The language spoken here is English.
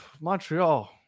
Montreal